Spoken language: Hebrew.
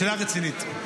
שאלה רצינית.